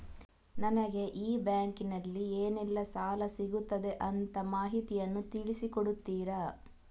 ನನಗೆ ಈ ಬ್ಯಾಂಕಿನಲ್ಲಿ ಏನೆಲ್ಲಾ ಸಾಲ ಸಿಗುತ್ತದೆ ಅಂತ ಮಾಹಿತಿಯನ್ನು ತಿಳಿಸಿ ಕೊಡುತ್ತೀರಾ?